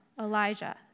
Elijah